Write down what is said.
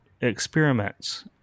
experiments